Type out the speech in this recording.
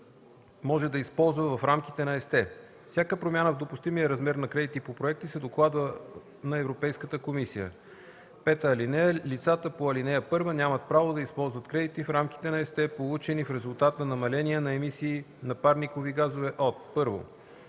може да използва в рамките на ЕСТЕ. Всяка промяна в допустимия размер на кредити по проекти се докладва на Европейската комисия. (5) Лицата по ал. 1 нямат право да използват кредити в рамките на ЕСТЕ, получени в резултат на намаления на емисии на парникови газове от: 1.